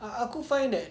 ah aku find that